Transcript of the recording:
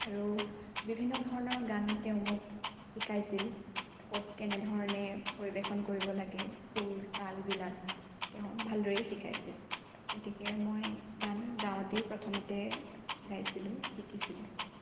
আৰু বিভিন্ন ধৰণৰ গান তেওঁ মোক শিকাইছিল ক'ত কেনেধৰণে পৰিৱেশন কৰিব লাগে সুৰ তালবিলাক তেওঁ ভালদৰেই শিকাইছিল গতিকে মই গান গাঁৱতেই প্ৰথমতে গাইছিলোঁ শিকিছিলোঁ